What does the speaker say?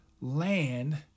land